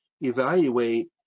evaluate